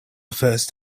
first